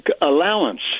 allowance